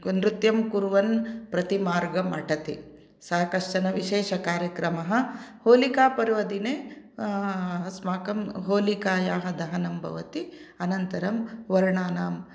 नृत्यं कुर्वन् प्रतिमार्गम् अटति सः कश्चन विशेषः कार्यक्रमः होलिकापर्वदिने अस्माकं होलिकायाः दहनं भवति अनन्तरं वर्णानां